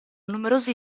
numerosi